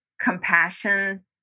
compassion